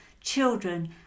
children